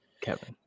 Kevin